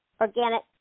organic